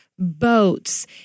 Boats